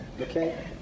okay